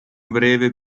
breve